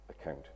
account